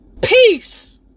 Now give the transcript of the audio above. peace